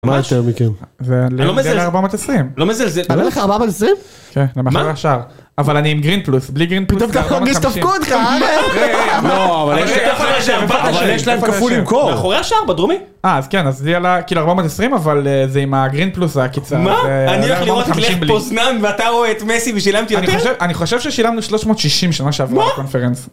מה יותר מכם, זה מגיע ל-420. לא מזלזל, עלה לך 420? כן, למאחורי השער. אבל אני עם גרין פלוס, בלי גרין פלוס זה 450. כל כך מרגיש שדפקו אותך אה ראם? מה? לא, אבל יש להם כפול למכור. מאחורי השער בדרומי? אה, אז כן, אז לי עלה, כאילו 420, אבל זה עם הגרין פלוס הקיצר. מה? אני הולך לראות את לב פוזנן ואתה רואה את מסי ושילמתי יותר? אני חושב ששילמנו 360 שנה שעברה בקונפרנס. מה?